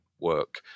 work